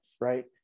right